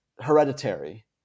Hereditary